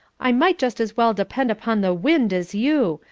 i might just as well depend upon the wind as you!